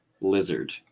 lizard